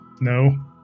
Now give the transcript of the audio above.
No